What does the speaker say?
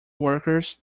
workers